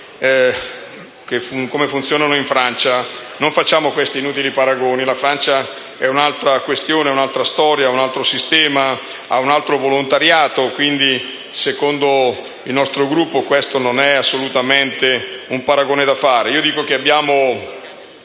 alle fondazioni francesi. Non facciamo inutili paragoni: la Francia è un'altra questione, un'altra storia, un altro sistema e ha un altro volontariato. Secondo il nostro Gruppo, questo non è assolutamente un paragone da fare.